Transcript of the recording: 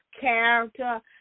character